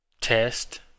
test